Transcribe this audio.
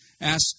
ask